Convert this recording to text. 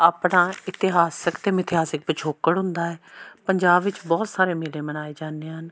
ਆਪਣਾ ਇਤਿਹਾਸਕ ਅਤੇ ਮਿਥਿਹਾਸਿਕ ਪਿਛੋਕੜ ਹੁੰਦਾ ਹੈ ਪੰਜਾਬ ਵਿੱਚ ਬਹੁਤ ਸਾਰੇ ਮੇਲੇ ਮਨਾਏ ਜਾਂਦੇ ਹਨ